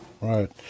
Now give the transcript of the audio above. Right